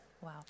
Wow